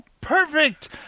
perfect